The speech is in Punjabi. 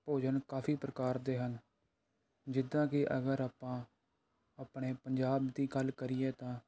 ਭੋਜਨ ਕਾਫੀ ਪ੍ਰਕਾਰ ਦੇ ਹਨ ਜਿੱਦਾਂ ਕਿ ਅਗਰ ਆਪਾਂ ਆਪਣੇ ਪੰਜਾਬ ਦੀ ਗੱਲ ਕਰੀਏ ਤਾਂ